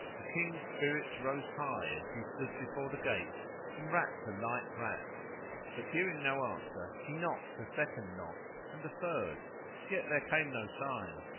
the king's spirits rose high as he stood before the gate and rapped a light rap but hearing no answer he knocked a second knock and a third yet there came no sign.